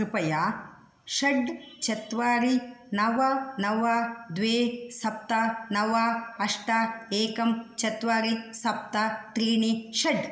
कृपया षट् चत्वारि नव नव द्वे सप्त नव अष्ट एकं चत्वारि सप्त त्रीणि षट्